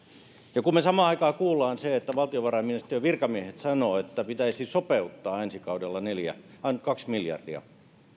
ja kun me samaan aikaan kuulemme sen että valtiovarainministeriön virkamiehet sanovat että pitäisi sopeuttaa ensi kaudella kaksi miljardia